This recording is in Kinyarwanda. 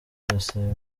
arasaba